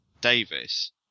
Davis